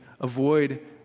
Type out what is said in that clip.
avoid